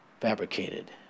fabricated